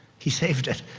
he saved it.